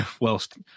whilst